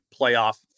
playoff